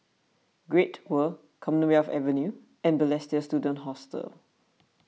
Great World Commonwealth Avenue and Balestier Student Hostel